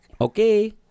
Okay